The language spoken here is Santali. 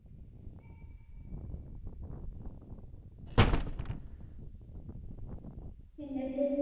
ᱪᱮᱫ ᱧᱩᱛᱩᱢ